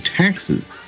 taxes